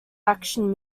action